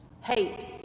Hate